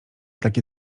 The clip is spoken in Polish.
takie